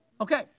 Okay